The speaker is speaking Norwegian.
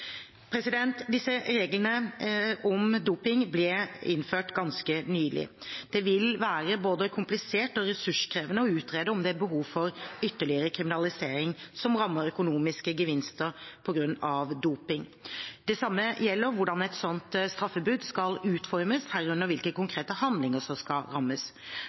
Disse reglene om doping ble innført ganske nylig. Det vil være både komplisert og ressurskrevende å utrede om det er behov for ytterligere kriminalisering som rammer økonomiske gevinster på grunn av doping. Det samme gjelder hvordan et slikt straffebud skal utformes, herunder hvilke konkrete handlinger som skal rammes.